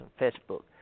Facebook